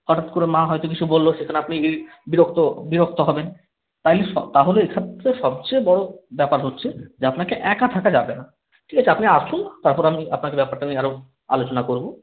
হঠাৎ করে মা হয়তো কিছু বলল সেখানে আপনি বিরক্ত বিরক্ত হবেন তাহলে তাহলে এক্ষেত্রে সবচেয়ে বড় ব্যাপার হচ্ছে যে আপনাকে একা থাকা যাবে না ঠিক আছে আপনি আসুন তারপর আমি আপনাকে ব্যাপারটা আমি আরও আলোচনা করব